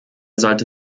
sollte